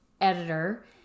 editor